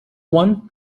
one